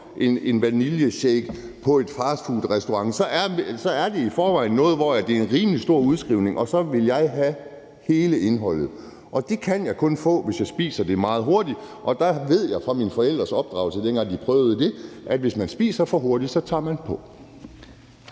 vaniljeshake på en fastfoodrestaurant, er det i forvejen en rimelig stor udskrivning, og så vil jeg have hele indholdet. Det kan jeg kun få, hvis drikker det meget hurtigt, og der ved jeg fra mine forældres opdragelse, dengang